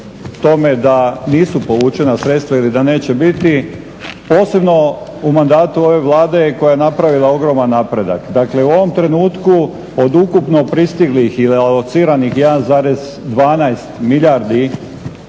tome da nisu povučena sredstva ili da neće biti, posebno u mandatu ove Vlade koja je napravila ogroman napredak. Dakle u ovom trenutku od ukupno pristiglih i … 1,12 milijardi